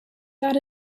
that